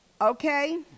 okay